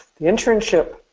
the internship